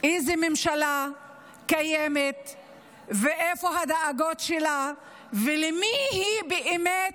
איזו ממשלה קיימת ואיפה הדאגות שלה ולמי היא באמת